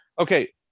Okay